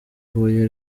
huye